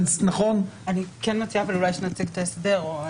אני כן מציעה שאולי נשמע את ההסבר.